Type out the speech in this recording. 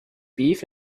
beef